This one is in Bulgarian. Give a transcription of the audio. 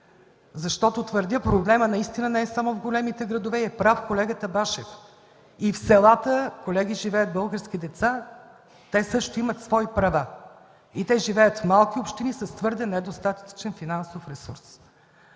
защото твърдя, проблемът не е само в големите градове. И е прав колегата Башев – и в селата, колеги, живеят български деца. Те също имат свои права. И те живеят в малки общини с твърде недостатъчен финансов ресурс.